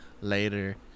Later